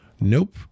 Nope